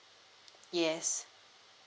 yes